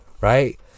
right